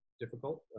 difficult